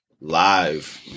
live